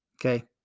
Okay